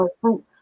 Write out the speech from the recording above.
fruit